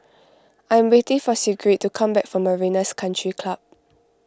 I am waiting for Sigrid to come back from Marina's Country Club